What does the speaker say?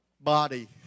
body